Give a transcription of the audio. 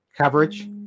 coverage